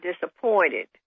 disappointed